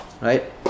right